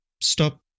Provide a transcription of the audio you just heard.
stop